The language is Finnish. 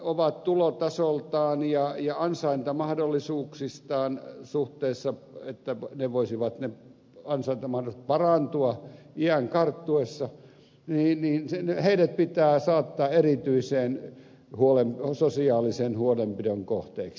ovat tulotasoltaan ja ansaintamahdollisuuksiltaan siinä suhteessa että ne ansaintamahdollisuudet voisivat parantua iän karttuessa niin heidät pitää saattaa erityisen sosiaalisen huolenpidon kohteeksi